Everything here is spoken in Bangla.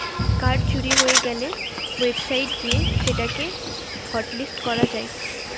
কার্ড চুরি হয়ে গ্যালে ওয়েবসাইট গিয়ে সেটা কে হটলিস্ট করা যায়